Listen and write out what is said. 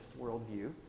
worldview